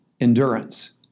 endurance